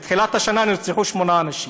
מתחילת השנה נרצחו שמונה אנשים.